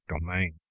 domain